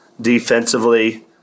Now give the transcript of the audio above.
Defensively